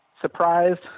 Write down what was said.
surprised